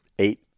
Eight